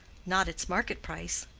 not its market-price.